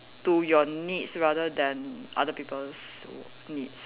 to your needs rather than other people's needs